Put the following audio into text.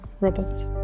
robots